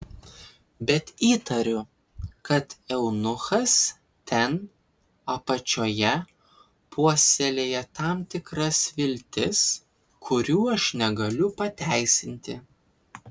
bet įtariu kad eunuchas ten apačioje puoselėja tam tikras viltis kurių aš negaliu pateisinti